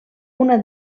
una